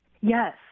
Yes